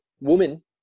woman